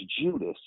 Judas